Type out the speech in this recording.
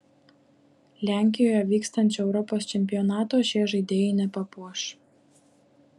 lenkijoje vyksiančio europos čempionato šie žaidėjai nepapuoš